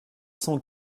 cent